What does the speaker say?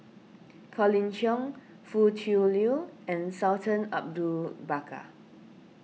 Colin Cheong Foo Tui Liew and Sultan Bakar